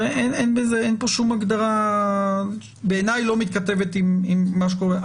אין פה שום הגדרה שבעיני לא מתכתבת עם מה שקורה.